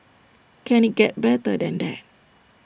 can IT get better than that